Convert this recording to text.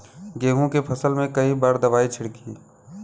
गेहूँ के फसल मे कई बार दवाई छिड़की?